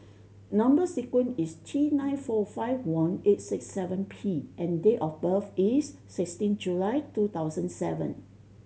number sequence is T nine four five one eight six seven P and date of birth is sixteen July two thousand seven